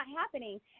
happening